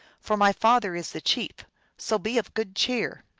for my father is the chief so be of good cheer!